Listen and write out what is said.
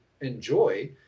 enjoy